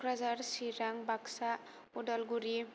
Kokrajhar Chirang Baksa Udalguri